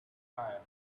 tire